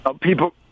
People